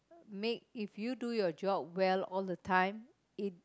make if you do your job well all the time